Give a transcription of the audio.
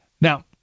Now